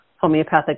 homeopathic